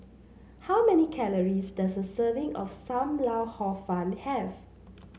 how many calories does a serving of Sam Lau Hor Fun have